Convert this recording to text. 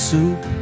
Soup